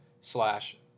slash